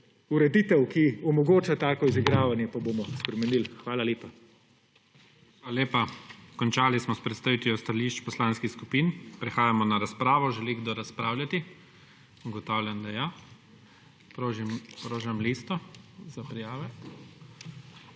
Ureditev, ki omogoča tako izigravanje, pa bomo spremenili. Hvala lepa. PREDSEDNIK IGOR ZORČIČ: Hvala lepa. Končali smo s predstavitvijo stališč poslanskih skupin. Prehajamo na razpravo. Želi kdo razpravljati? Ugotavljam, da je želja. Prožim listo za prijave